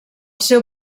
seu